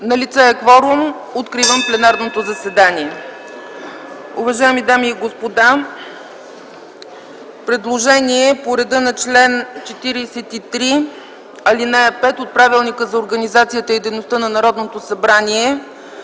Налице е кворум. Откривам пленарното заседание. (Звъни.) Уважаеми дами и господа, предложение по реда на чл. 43, ал. 5 от Правилника за организация и дейността на Народното събрание,